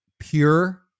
pure